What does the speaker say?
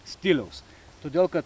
stiliaus todėl kad